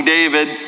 David